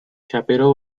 shapiro